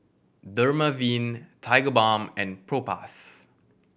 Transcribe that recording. Dermaveen Tigerbalm and Propass